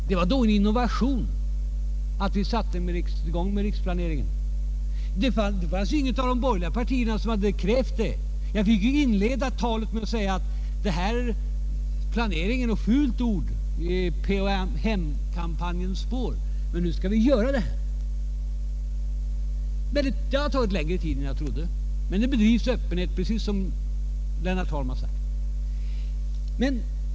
Det var en dålig innovation att vi satte i gång med en riksplanering; inget av de borgerliga partierna hade krävt det. Jag fick inleda mitt tal med att säga att planering var ett fult ord i PHM-kampanjens spår, men att vi nu skulle genomföra riksplaneringen. Det har sedan tagit längre tid än jag trodde, men planeringen bedrivs med öppenhet, precis som Lennart Holm har sagt.